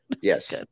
Yes